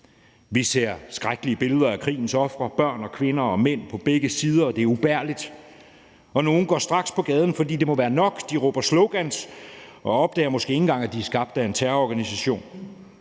Vi ser skrækkelige billeder af krigens ofre – børn, kvinder og mænd på begge sider – og det er ubærligt. Nogle går straks på gaden, fordi det må være nok. De råber slogans og opdager måske ikke engang, at de er skabt af en terrororganisation.